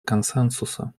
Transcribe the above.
консенсуса